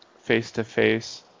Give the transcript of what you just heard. face-to-face